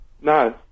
No